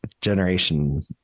generation